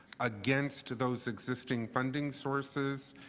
against those existing funding sources.